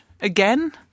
again